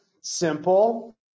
simple